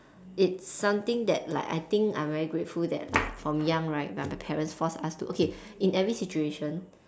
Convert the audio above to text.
it's something that like I think I'm very grateful that like from young right that my parents force us to okay in every situation